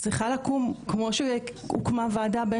צריכה לקום בדיוק כמו שקמה הוועדה הבין